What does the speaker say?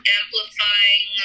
amplifying